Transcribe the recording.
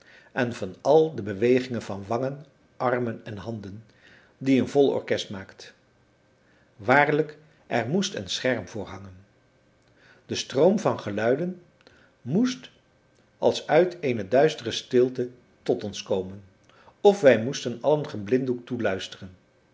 en van al de bewegingen van wangen armen en handen die een vol orkest maakt waarlijk er moest een scherm voor hangen de stroom van geluiden moest als uit eene duistere stilte tot ons komen of wij moesten allen geblinddoekt toeluisteren